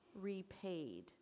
repaid